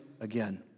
again